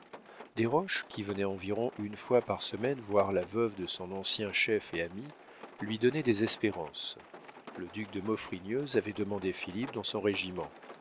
l'amour desroches qui venait environ une fois par semaine voir la veuve de son ancien chef et ami lui donnait des espérances le duc de maufrigneuse avait demandé philippe dans son régiment